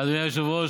אדוני היושב-ראש,